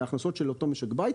מההכנסות של אותו משק בית,